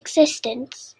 existence